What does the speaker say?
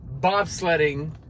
bobsledding